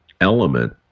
element